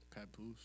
Papoose